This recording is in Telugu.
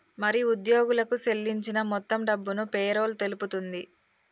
మరి ఉద్యోగులకు సేల్లించిన మొత్తం డబ్బును పేరోల్ తెలుపుతుంది